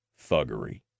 thuggery